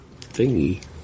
thingy